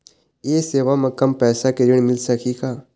ये सेवा म कम पैसा के ऋण मिल सकही का?